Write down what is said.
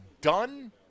done